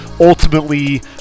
ultimately